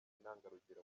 intangarugero